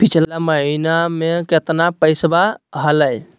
पिछला महीना मे कतना पैसवा हलय?